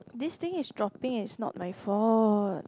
this thing is dropping is not my fault